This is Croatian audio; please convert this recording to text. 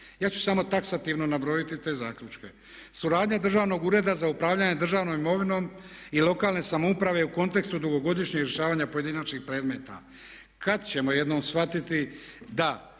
Ja ću samo taksativno nabrojiti te zaključke. Suradnja Državnog ureda za upravljanje državnom imovinom i lokalne samouprave u kontekstu dugogodišnjeg rješavanja pojedinačnih predmeta. Kad ćemo jednom shvatiti da